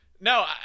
No